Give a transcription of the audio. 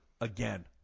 again